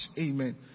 Amen